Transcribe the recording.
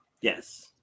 Yes